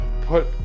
put